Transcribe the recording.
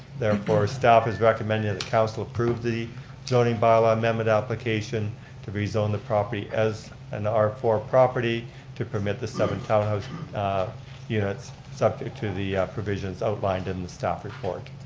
therefore staff has recommended the council approve the zoning by-law amendment application to rezone the property as an r four property to permit the seven townhouse units subject to the provisions outlined in the staff report.